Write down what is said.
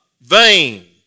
vain